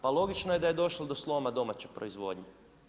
Pa logično je da je došlo do sloma domaće proizvodnje.